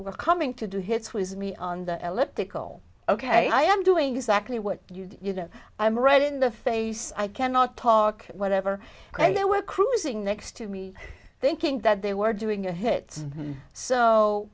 we're coming to do hits was me on the elliptical ok i am doing exactly what you know i'm right in the face i cannot talk whatever and there were cruising next to me thinking that they were doing a hit so